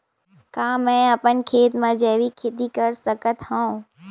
का मैं अपन खेत म जैविक खेती कर सकत हंव?